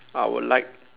I would like